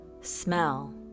smell